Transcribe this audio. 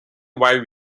why